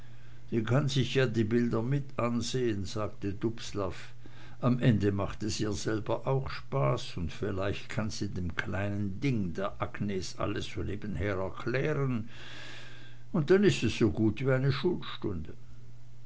die kann sich ja die bilder mit ansehen sagte dubslav am ende macht es ihr selber auch spaß und vielleicht kann sie dem kleinen ding der agnes alles so nebenher erklären und dann is es so gut wie ne schulstunde